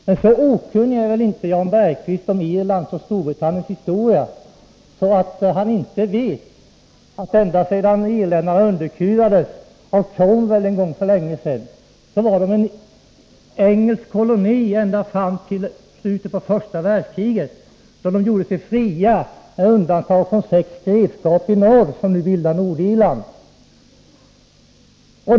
Men så okunnig om Irlands och Storbritanniens historia är väl inte Jan Bergqvist att han inte vet att Irland, efter det att irländarna en gång för länge sedan underkuvades av Cromwell, blev en engelsk koloni och var det ända fram till slutet av första världskriget, då irländarna gjorde sig fria, med undantag för sex grevskap i norr, som nu bildar Nordirland.